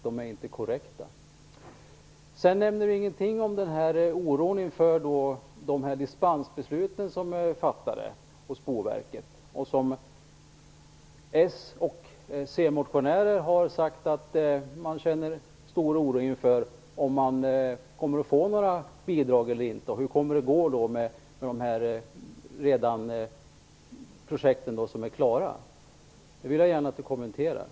De är inte korrekta. Lena Larsson nämner ingenting om oron inför de dispensbeslut som fattats hos Boverket. S och cmotionärer har sagt att man känner stor oro inför om det kommer att betalas ut några bidrag eller inte och hur det då kommer att gå med projekt som redan är klara. Det vill jag gärna att Lena Larsson kommenterar.